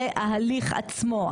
זה ההליך עצמו,